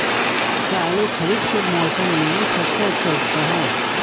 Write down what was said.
क्या आलू खरीफ के मौसम में सबसे अच्छा उगता है?